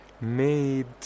made